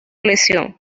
lesión